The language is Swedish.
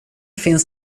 finns